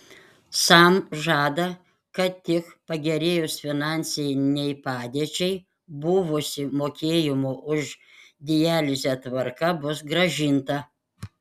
sam žada kad tik pagerėjus finansinei padėčiai buvusi mokėjimo už dializę tvarka bus grąžinta